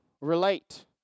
relate